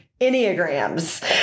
Enneagrams